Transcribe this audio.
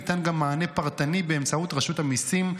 ניתן גם מענה פרטני באמצעות רשות המיסים,